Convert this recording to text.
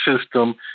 system